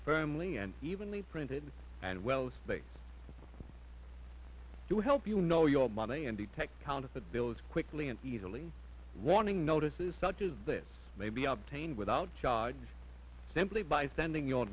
firmly and even reprinted and well they do help you know your money and detect counterfeit bills quickly and easily warning notices such as this may be obtained without charge simply by sending your